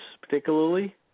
particularly